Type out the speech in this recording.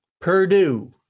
Purdue